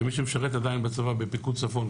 כמי שמשרת עדיין בצבא בפיקוד צפון,